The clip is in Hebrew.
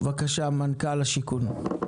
בבקשה, מנכ"ל השיכון.